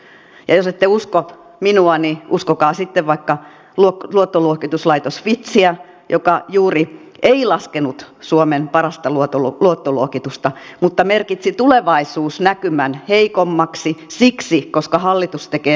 jos ette usko minua niin uskokaa sitten vaikka luottoluokituslaitos fitchiä joka juuri ei laskenut suomen parasta luottoluokitusta mutta merkitsi tulevaisuusnäkymän heikommaksi siksi että hallitus tekee leikkauspolitiikkaa